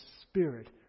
Spirit